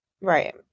Right